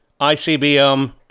ICBM